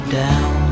down